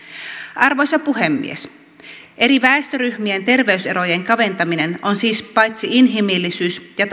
arvoisa puhemies eri väestöryhmien terveyserojen kaventaminen on siis paitsi inhimillisyys ja